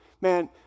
man